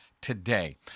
today